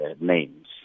names